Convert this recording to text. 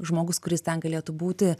žmogus kuris ten galėtų būti